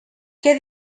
què